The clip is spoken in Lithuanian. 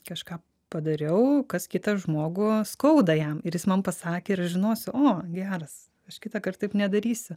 kažką padariau kas kitą žmogų skauda jam ir jis man pasakė ir aš žinosiu o geras aš kitąkart taip nedarysiu